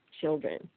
children